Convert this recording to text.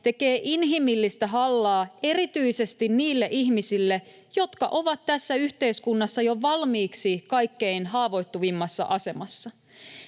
tekee inhimillistä hallaa erityisesti niille ihmisille, jotka ovat tässä yhteiskunnassa jo valmiiksi kaikkein haavoittuvimmassa asemassa.